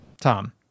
Tom